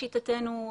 לשיטתנו,